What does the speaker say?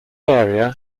area